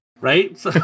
right